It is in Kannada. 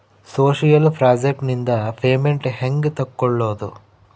ಸೋಶಿಯಲ್ ಪ್ರಾಜೆಕ್ಟ್ ನಿಂದ ಪೇಮೆಂಟ್ ಹೆಂಗೆ ತಕ್ಕೊಳ್ಳದು?